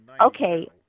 Okay